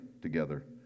together